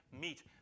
meet